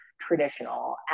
traditional